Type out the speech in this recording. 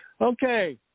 Okay